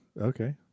Okay